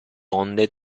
onde